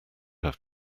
have